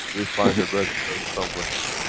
we find a resonance somewhere.